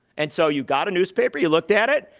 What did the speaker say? and so you got a newspaper. you looked at it.